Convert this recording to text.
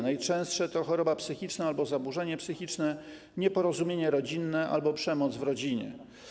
Najczęstsze to choroba psychiczna albo zaburzenia psychiczne, nieporozumienia rodzinne czy przemoc w rodzinie.